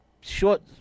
short